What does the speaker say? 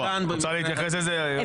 את רוצה להתייחס לזה, היועצת המשפטית?